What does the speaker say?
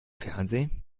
fernsehen